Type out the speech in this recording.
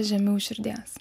žemiau širdies